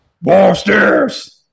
Monsters